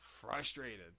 frustrated